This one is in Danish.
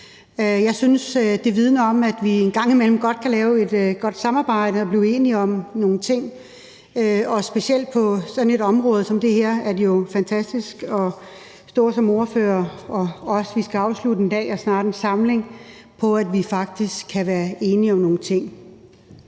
Jeg synes, det vidner om, at vi en gang imellem godt kan lave et godt samarbejde og blive enige om nogle ting, og specielt på et område som det her er det jo fantastisk at stå som ordfører og skulle afslutte en dag og snart en hel samling med, at vi faktisk kan være enige om nogle ting.